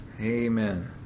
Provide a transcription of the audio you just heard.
amen